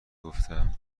گفتم